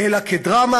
אלא דרמה,